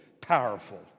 powerful